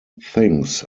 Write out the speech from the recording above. things